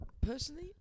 personally